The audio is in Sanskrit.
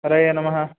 हरये नमः